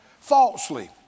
Falsely